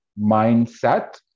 mindset